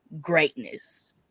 greatness